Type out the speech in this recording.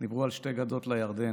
דיברו על שתי גדות לירדן,